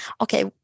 okay